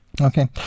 Okay